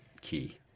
key